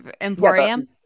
emporium